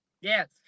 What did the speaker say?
Yes